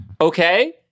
Okay